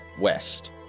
west